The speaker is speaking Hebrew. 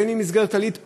בין במסגרת כללית,